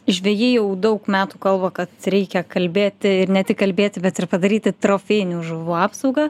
žvejai jau daug metų kalba kad reikia kalbėti ir ne tik kalbėti bet ir padaryti trofėjinių žuvų apsaugą